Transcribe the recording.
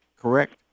Correct